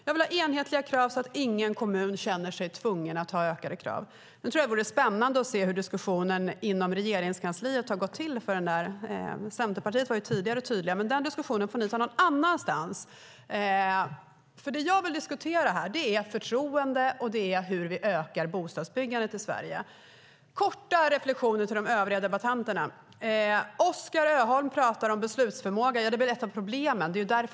Jag vill ha enhetliga krav så att ingen kommun känner sig tvungen att ha ökade krav. Det hade varit spännande att höra diskussionen på Regeringskansliet, för Centerpartiet var ju tidigare tydliga. Den diskussionen får ni dock ta någon annanstans, för det jag vill diskutera är förtroendet för ministern och hur vi ökar bostadsbyggandet i Sverige. Så några korta reflexioner till de övriga debattörerna. Oskar Öholm talar om beslutsförmåga. Ja, det är ett av problemen.